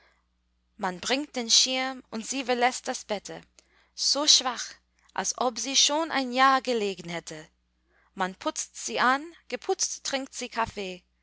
man bringt den schirm und sie verläßt das bette so schwach als ob sie schon ein jahr gelegen hätte man putzt sie an geputzt trinkt sie kaffee